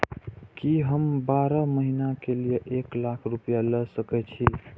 की हम बारह महीना के लिए एक लाख रूपया ले सके छी?